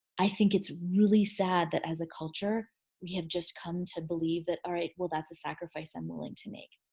i think it's really sad that as a culture we have just come to believe that all right, well, that's a sacrifice i'm willing to make.